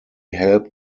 help